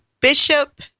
Bishop